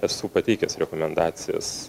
esu pateikęs rekomendacijas